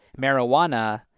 marijuana